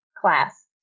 class